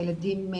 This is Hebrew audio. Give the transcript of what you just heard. והילדים,